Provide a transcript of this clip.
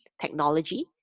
technology